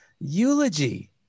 eulogy